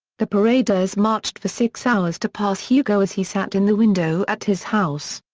the paraders marched for six hours to pass hugo as he sat in the window at his house.